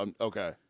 Okay